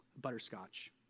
butterscotch